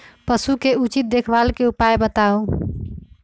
पशु के उचित देखभाल के उपाय बताऊ?